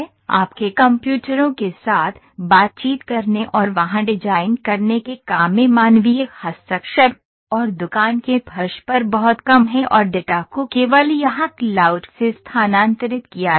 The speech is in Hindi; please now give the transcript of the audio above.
आपके कंप्यूटरों के साथ बातचीत करने और वहां डिजाइन करने के काम में मानवीय हस्तक्षेप और दुकान के फर्श पर बहुत कम हैं और डेटा को केवल यहां क्लाउड से स्थानांतरित किया गया है